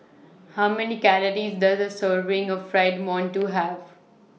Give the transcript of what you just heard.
How Many Calories Does A Serving of Fried mantou Have